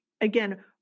again